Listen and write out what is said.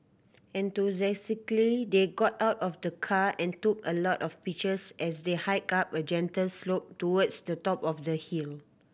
enthusiastically they got out of the car and took a lot of pictures as they hiked up a gentle slope towards the top of the hill